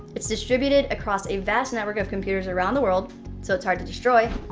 it's distributed across a vast network of computers around the world so it's hard to destroy,